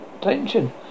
attention